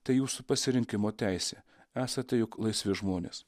tai jūsų pasirinkimo teisė esate juk laisvi žmonės